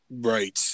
Right